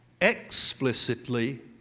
explicitly